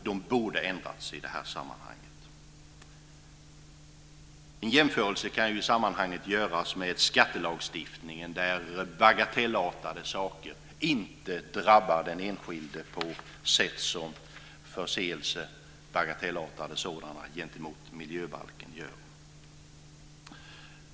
De borde ha ändrats i det här sammanhanget. Här kan en jämförelse göras med skattelagstiftningen där bagatellartade saker inte drabbar den enskilde på samma sätt som bagatellartade förseelser gentemot miljöbalken gör.